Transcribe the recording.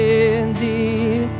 indeed